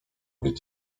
być